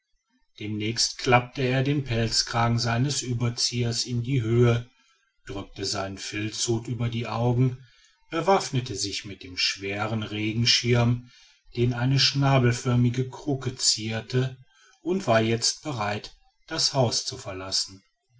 demnächst klappte er den pelzkragen seines ueberziehers in die höhe drückte seinen filzhut über die augen bewaffnete sich mit dem schweren regenschirm den eine schnabelförmige krücke zierte und war jetzt bereit das haus zu verlassen